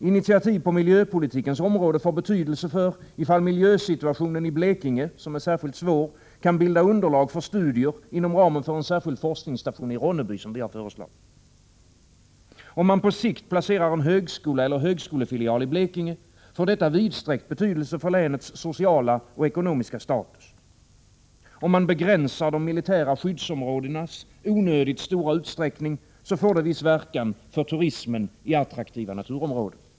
Initiativ på miljöpolitikens område får betydelse för ifall miljösituationen i Blekinge, som är särskilt svår, kan bilda underlag för studier inom ramen för en särskild forskningsstation i Ronneby, som vi har föreslagit. Om man på sikt placerar en högskola eller högskolefiliali Blekinge, får detta vidsträckt betydelse för länets sociala och ekonomiska status. Om man begränsar de militära skyddsområdenas onödigt stora utsträckning, får det viss verkan för turismen i attraktiva naturområden.